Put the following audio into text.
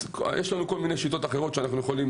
יש לנו שיטות אחרות דרכן אנחנו יכולים